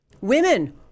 Women